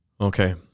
Okay